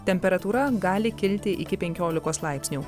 temperatūra gali kilti iki penkiolikos laipsnių